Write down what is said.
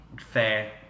Fair